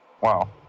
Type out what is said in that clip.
Wow